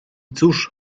cóż